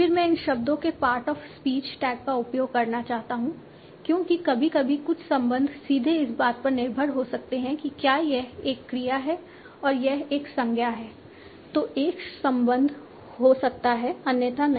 फिर मैं इन शब्दों के पार्ट ऑफ स्पीच टैग का उपयोग करना चाहता हूं क्योंकि कभी कभी कुछ संबंध सीधे इस बात पर निर्भर हो सकते हैं कि क्या यह एक क्रिया है और यह एक संज्ञा है तो एक संबंध हो सकता है अन्यथा नहीं